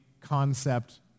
concept